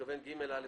פסקה (ב).